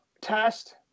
test